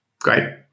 great